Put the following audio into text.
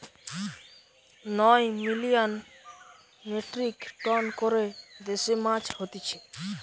নয় million metric ton করে দেশে মাছ হতিছে